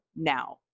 now